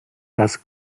das